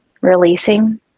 releasing